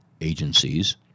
agencies